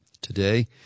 Today